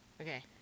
Okay